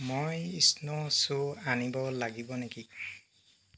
মই snow shoe আনিব লাগিব নেকি